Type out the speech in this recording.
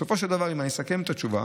בסופו של דבר, אם אני מסכם את התשובה,